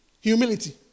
humility